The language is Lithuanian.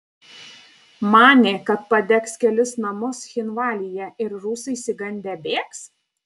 manė kad padegs kelis namus cchinvalyje ir rusai išsigandę bėgs